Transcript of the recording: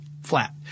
flat